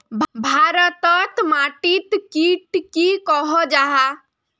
भारत तोत माटित टिक की कोहो जाहा?